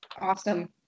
awesome